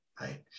Right